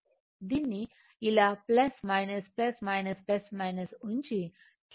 కాబట్టి దీన్ని ఇలా ఉంచి KVL ను వర్తింపజేయవచ్చు